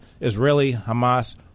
Israeli-Hamas